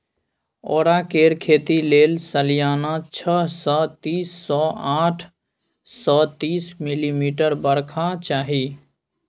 औरा केर खेती लेल सलियाना छअ सय तीस सँ आठ सय तीस मिलीमीटर बरखा चाही